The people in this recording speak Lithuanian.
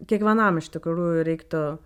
kiekvienam iš tikrųjų reiktų